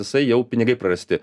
jisai jau pinigai prarasti